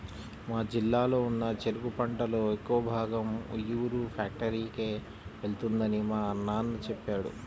మా జిల్లాలో ఉన్న చెరుకు పంటలో ఎక్కువ భాగం ఉయ్యూరు ఫ్యాక్టరీకే వెళ్తుందని మా నాన్న చెప్పాడు